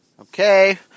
Okay